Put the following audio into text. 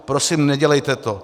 Prosím, nedělejte to.